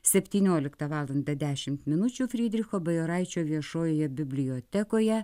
septynioliktą valandą dešimt minučių frydricho bajoraičio viešojoje bibliotekoje